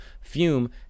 Fume